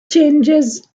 changes